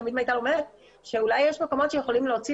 תמיד מיטל אומרת שאולי יש מקומות שיכולים להוציא